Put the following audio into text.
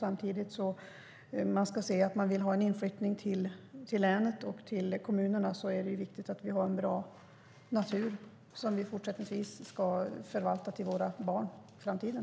Samtidigt vill vi se en inflyttning till länet och kommunerna. Då är det viktigt att vi har en bra natur som vi fortsättningsvis ska förvalta åt våra barn i framtiden.